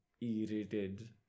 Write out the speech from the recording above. E-rated